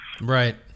right